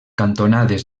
cantonades